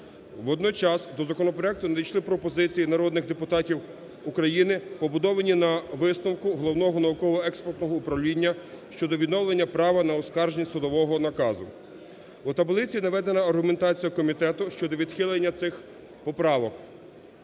Водночас до законопроекту надійшли пропозиції народних депутатів України, побудовані на висновку Головного науково-експертного управління щодо відновлення права на оскарження судового наказу. У таблиці наведена аргументація комітету щодо відхилення цих поправок.